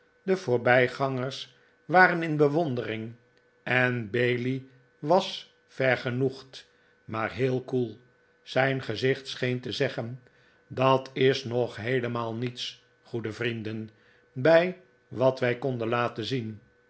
de voorbij gangers waren in bewondering en bailey was vergenoegd maar heel koel zijn gezicht scheen te zeggen dat is nog heelemaal niets goede vrienden bij wat wij konden laten zien